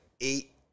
eight